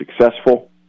successful